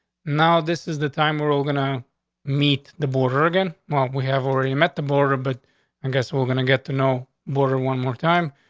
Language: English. now this is the time we're ah gonna meet the border again. what? we have already met the border, but i and guess we're going to get to know border one more time.